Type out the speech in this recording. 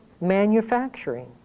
manufacturing